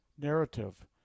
narrative